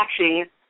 watching